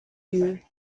you